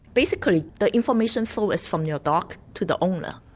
basically the information flow is from your dog to the owner,